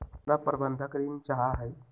हमरा बंधक ऋण चाहा हई